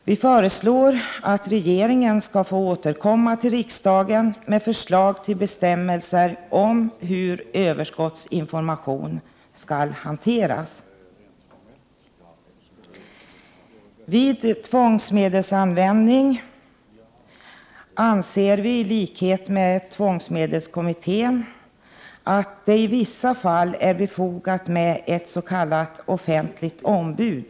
Vi föreslår att regeringen skall få återkomma till riksdagen med förslag till bestämmelser för hur ÄG å é frågor överskottsinformation skall hanteras. Vi anser, i likhet med tvångsmedelskommittén, att vid användande av tvångsmedel det i vissa fall är befogat med ett s.k. offentligt ombud.